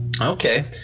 Okay